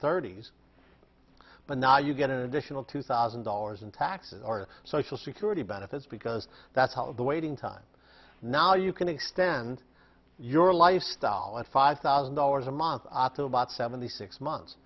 thirty's but now you get an additional two thousand dollars in taxes or social security benefits because that's how the waiting time now you can extend your lifestyle at five thousand dollars a month after about seventy six months